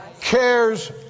cares